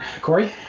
Corey